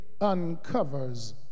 uncovers